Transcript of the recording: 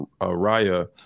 Raya